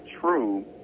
true